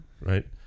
right